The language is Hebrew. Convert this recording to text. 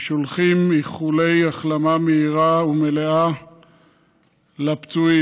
ושולחים איחולי החלמה מהירה ומלאה לפצועים.